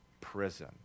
prison